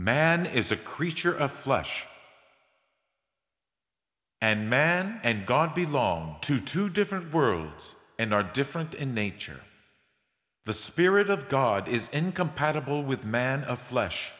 man is a creature of flesh and man and god belong to two different worlds and are different in nature the spirit of god is incompatible with man of flesh